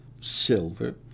silver